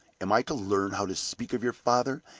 am i to learn how to speak of your father,